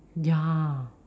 ya